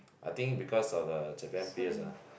I think because of a Japan peers ah